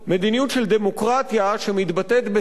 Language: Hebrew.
מדיניות של דמוקרטיה שמתבטאת בזה